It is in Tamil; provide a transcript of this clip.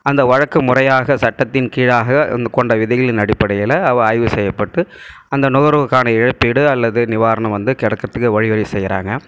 அந்த வழக்கு முறையாக சட்டத்தின் கீழாக வந்து கொண்ட விதிகளின் அடிப்படையில் அவ ஆய்வு செய்யப்பட்டு அந்த நுகர்வோர்க்கான இழப்பீடு அல்லது நிவாரணம் வந்து கிடக்கறத்துக்கு வழிவகை செய்கிறாங்க